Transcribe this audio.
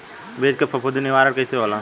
बीज के फफूंदी निवारण कईसे होला?